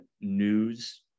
news